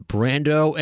Brando